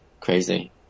Crazy